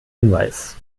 hinweis